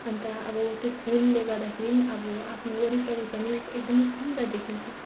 अन्त अब त्यो फुलले गर्दाखेरि पनि अब आफ्नो वरिपरि पनि एकदमै सुन्दर देखिन्छ